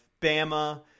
Bama